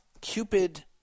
Cupid